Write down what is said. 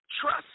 trust